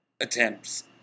attempts